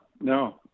no